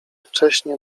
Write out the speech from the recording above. wcześnie